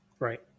Right